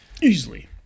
Easily